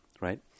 right